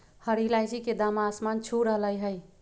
हरी इलायची के दाम आसमान छू रहलय हई